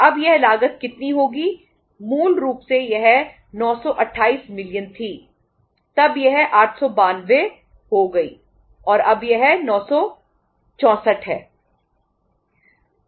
तब यह 892 हो गई और अब यह 964 है